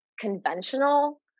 conventional